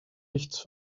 nichts